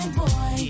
boy